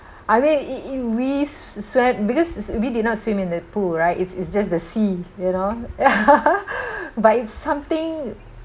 I mean it it we s~ swam because we did not swim in the pool right it it's just the sea you know but it's something